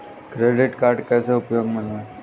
Credit card कैसे उपयोग में लाएँ?